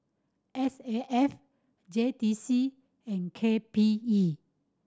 S A F J T C and K P E